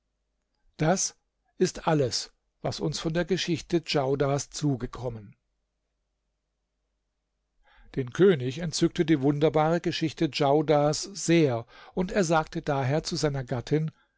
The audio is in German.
das ist alles was uns von der geschichte djaudars zugekommen den könig entzückte die wunderbare geschichte djaudars sehr und er sagte daher zu seiner gattin